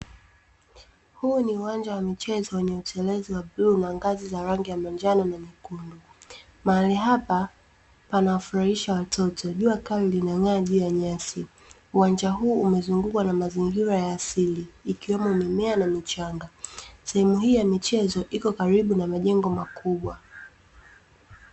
Huu ni uwanja wa michezo wenye utelezi wa bluu na ngazi za rangi ya manjano na nyekundu. Mahali hapa pana wafurahisha watoto. Jua kali linang'aa juu ya nyasi. Uwanja huu umezungukwa na mazingira ya asili ikiwemo mimea na michanga. Sehemu hii ya michezo iko karibu na majengo makubwa.